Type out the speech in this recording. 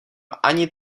ani